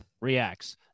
reacts